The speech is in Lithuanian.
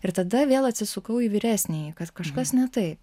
ir tada vėl atsisukau į vyresnįjį kad kažkas ne taip